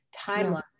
timeline